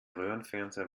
röhrenfernseher